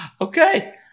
Okay